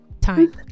time